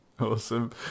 Awesome